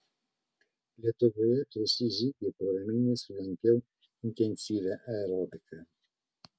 lietuvoje prieš šį žygį porą mėnesių lankiau intensyvią aerobiką